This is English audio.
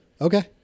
Okay